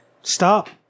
stop